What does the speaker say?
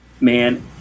man